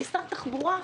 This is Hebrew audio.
כשר תחבורה,